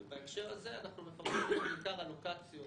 ובהקשר הזה אנחנו מפרסמים בעיקר אלוקציות